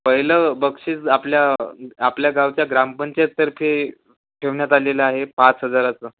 पहिलं बक्षीस आपल्या आपल्या गावच्या ग्रामपंचायतर्फे ठेवण्यात आलेलं आहे पाच हजाराचं